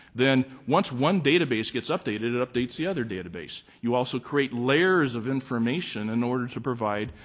then once one database gets updated, it updates the other database. you also create layers of information in order to provide,